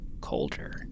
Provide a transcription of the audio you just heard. colder